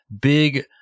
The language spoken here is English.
big